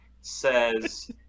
says